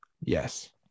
Yes